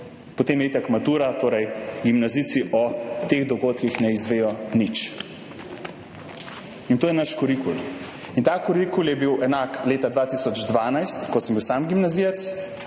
Potem je itak matura, torej gimnazijci o teh dogodkih ne izvedo nič. In to je naš kurikul. Ta kurikul je bil enak leta 2012, ko sem bil sam gimnazijec,